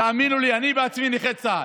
תאמינו לי, אני בעצמי נכה צה"ל,